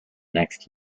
next